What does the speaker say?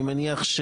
אני מניח,